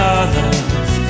others